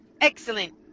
Excellent